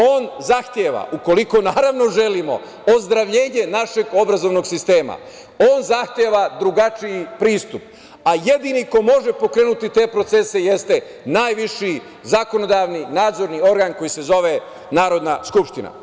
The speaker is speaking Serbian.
On zahteva, ukoliko naravno želimo ozdravljenje našeg obrazovnog sistema, on zahteva drugačiji pristup, a jedini ko može pokrenuti te procese jeste najviši zakonodavni nadzorni organ koji se zove Narodna skupština.